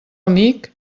amic